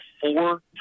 four